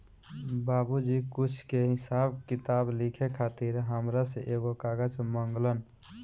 बाबुजी कुछ के हिसाब किताब लिखे खातिर हामरा से एगो कागज मंगलन